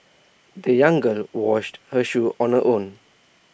the young girl washed her shoes on her own